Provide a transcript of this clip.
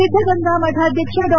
ಸಿದ್ದಗಂಗಾ ಮಠಾಧ್ಯಕ್ಷ ಡಾ